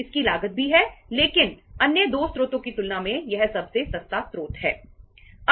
इसकी लागत भी है लेकिन अन्य 2 स्रोतों की तुलना में यह सबसे सस्ता स्रोत है